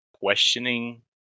questioning